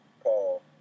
Paul